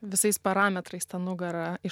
visais parametrais tą nugarą į